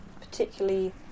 particularly